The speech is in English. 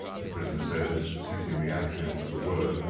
the prisoner said, suiting the action to the word.